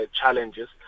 challenges